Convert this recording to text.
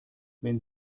wenn